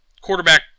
Quarterback